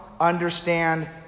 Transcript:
understand